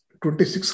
26